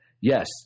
yes